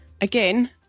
again